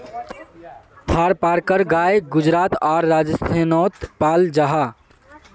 थारपारकर गाय गुजरात आर राजस्थानोत पाल जाहा